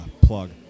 Plug